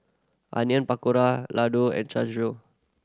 Onion Pakora Ladoo and